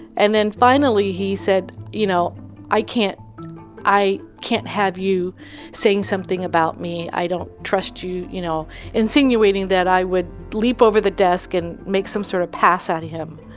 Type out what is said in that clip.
and then finally he said, you know i can't i can't have you saying something about me, i don't trust you, you know insinuating that i would leap over the desk and make some sort of pass at him.